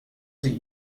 sie